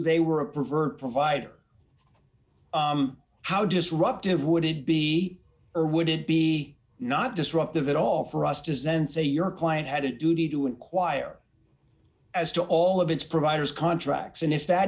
they were a pervert provider how disruptive would it be or would it be not disruptive at all for us to send say your client had a duty to inquire as to all of its providers contracts and if that